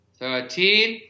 Thirteen